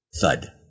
Thud